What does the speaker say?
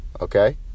okay